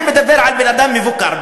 אני מדבר על בן-אדם מבוגר,